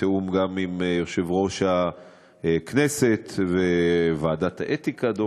בתיאום גם עם יושב-ראש הכנסת וועדת האתיקה דומני.